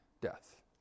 death